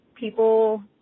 people